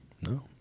no